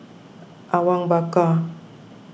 Awang Bakar